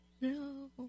No